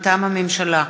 מטעם הממשלה: